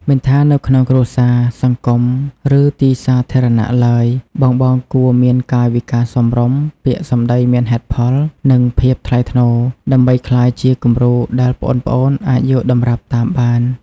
មិនថានៅក្នុងគ្រួសារ សង្គម ឬទីសាធារណៈឡើយ បងៗគួរមានកាយវិការសមរម្យ ពាក្យសម្ដីមានហេតុផល និងភាពថ្លៃថ្នូរ ដើម្បីក្លាយជាគំរូដែលប្អូនៗអាចយកតម្រាប់តាមបាន។